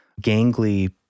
gangly